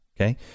Okay